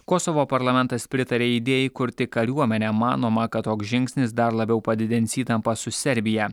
kosovo parlamentas pritarė idėjai kurti kariuomenę manoma kad toks žingsnis dar labiau padidins įtampą su serbija